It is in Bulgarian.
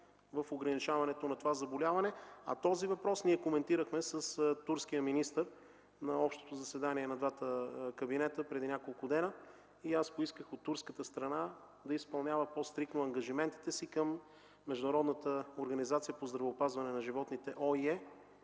в ограничаването на това заболяване. Този въпрос ние коментирахме с турския министър на общото заседание на двата кабинета преди няколко дни. Аз поисках от турската страна да изпълнява по-стриктно ангажиментите си към Международната организация по здравеопазване на животните